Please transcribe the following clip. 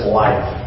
life